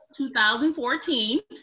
2014